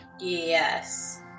Yes